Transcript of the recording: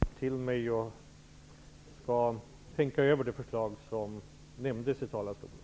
Herr talman! Jag har lyssnat till och skall tänka över det förslag som nämndes i talarstolen.